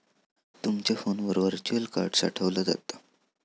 तुमचा फोनवर virtual card साठवला जाता